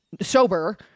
sober